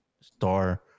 star